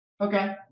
Okay